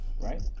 right